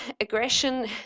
aggression